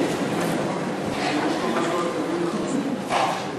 אולי היא,